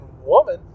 woman